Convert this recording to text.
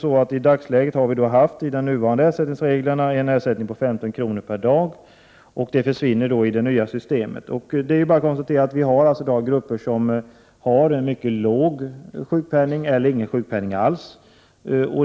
I dagsläget, enligt de nuvarande ersättningsreglerna, har man en ersättning på 15 kr. per dag. Denna ersättning försvinner i det nya systemet. Det är bara att konstatera att det finns några grupper som har en mycket låg sjukpenning eller ingen sjukpenning alls.